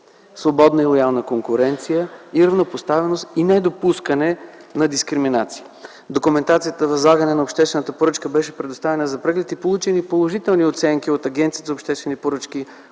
свободна и лоялна конкуренция, равнопоставеност и недопускане на дискриминация. Документацията за възлагане на обществената поръчка беше предоставена за преглед и получени положителни оценки от Агенцията за обществените поръчки